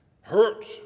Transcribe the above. hurt